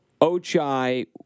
Ochai